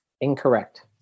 Incorrect